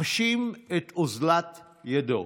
חשים את אוזלת ידו,